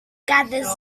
gathers